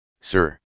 sir